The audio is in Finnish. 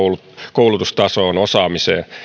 koulutustasoon